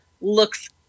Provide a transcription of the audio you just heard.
looks